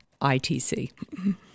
ITC